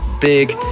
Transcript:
big